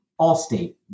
Allstate